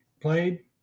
played